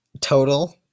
total